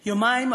יומיים,